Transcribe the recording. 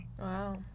Wow